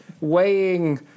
weighing